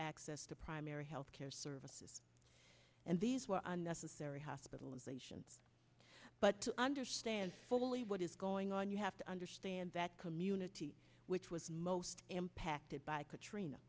access to primary health care services and these were unnecessary hospital inflation but to understand fully what is going on you have to understand that community which was most impacted by katrina